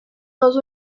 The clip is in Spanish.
los